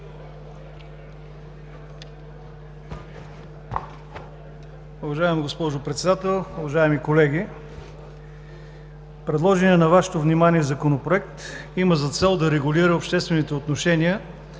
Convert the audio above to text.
Уважаема госпожо Председател, уважаеми колеги! Предложеният на Вашето внимание Законопроект има за цел да регулира обществените отношения,